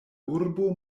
urbo